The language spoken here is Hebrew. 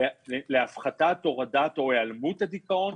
מסוכנים ועלולים להיות מסוכנים לבריאות הציבור.